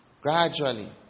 gradually